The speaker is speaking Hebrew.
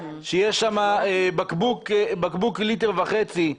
שיש שם בקבוק ליטר וחצי,